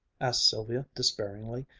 asked sylvia despairingly,